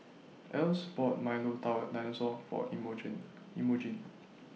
Else bought Milo Dinosaur For Emogene Emogene